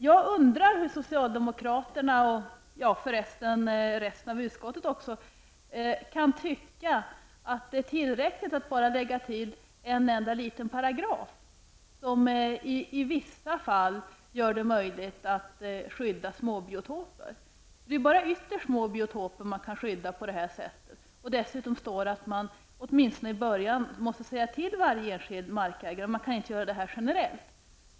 Jag undrar hur socialdemokraterna, och förresten även resten av utskottet, kan tycka att det är tillräckligt att bara lägga till en enda liten paragraf som i vissa fall gör det möjligt att skydda småbiotoper. Det är ju bara ytterst små biotoper som man kan skydda på detta sätt. Dessutom står det att man åtminstone i början måste säga till varje enskild markägare och att man inte kan göra detta generellt.